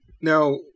Now